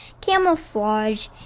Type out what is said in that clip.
Camouflage